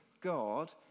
God